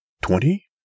Twenty